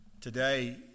Today